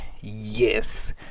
yes